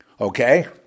Okay